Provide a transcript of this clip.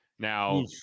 Now